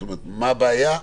מה הבעיה?